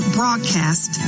broadcast